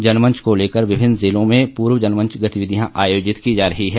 जनमंच को लेकर विभिन्न जिलों पूर्व जनमंच गतिविधियां आयोजित की जा रही है